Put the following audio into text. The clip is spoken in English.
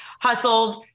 hustled